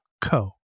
co